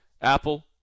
Apple